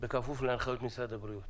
בכפוף להנחיות משרד הבריאות.